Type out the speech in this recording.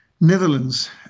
Netherlands